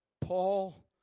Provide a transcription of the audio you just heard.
Paul